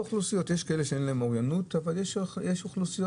יש אוכלוסיות שאין להן אוריינות פיננסית אבל יש גם אוכלוסיות